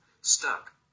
stuck